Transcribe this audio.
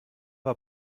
war